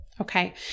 Okay